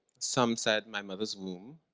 some said my mother's womb.